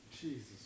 Jesus